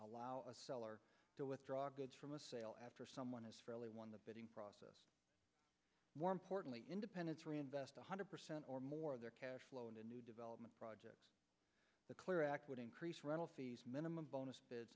allow a seller to withdraw goods from a sale after someone has fairly won the bidding process more importantly independents reinvest one hundred percent or more of their cash flow into new development projects the clear act would increase rental fees minimum bonuses